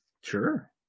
sure